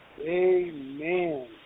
amen